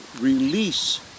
release